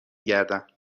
گردم